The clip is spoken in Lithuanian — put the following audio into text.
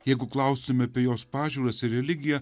jeigu klaustume apie jos pažiūras ir religiją